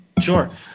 Sure